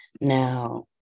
Now